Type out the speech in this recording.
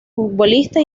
futbolista